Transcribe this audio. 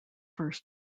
first